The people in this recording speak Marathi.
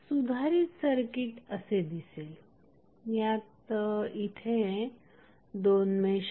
सुधारित सर्किट असे दिसेल यात इथे 2 मेश आहेत